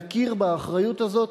נכיר באחריות הזאת,